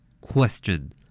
Question